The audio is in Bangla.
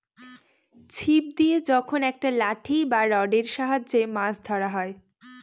ছিপ দিয়ে যখন একটা লাঠি বা রডের সাহায্যে মাছ ধরা হয়